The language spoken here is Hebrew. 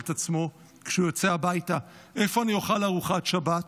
את עצמו כשהוא יוצא הביתה: איפה אני אוכל ארוחת שבת?